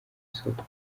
isoko